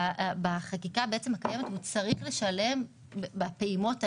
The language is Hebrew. בחקיקה הקיימת הוא צריך לשלם בפעימות האלה,